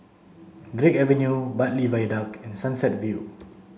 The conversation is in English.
Drake Avenue Bartley Viaduct and Sunset View